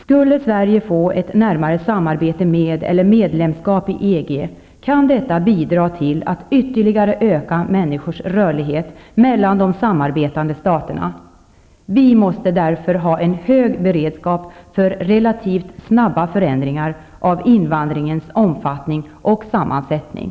Skulle Sverige få ett närmare samarbete med eller medlemskap i EG kan detta bidra till att ytterligare öka människors rörlighet mellan de samarbetande staterna. Vi måste därför ha en hög beredskap för relativt snabba förändringar av invandringens omfattning och sammansättning.